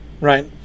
right